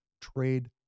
trade